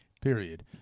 period